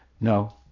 No